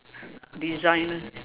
designer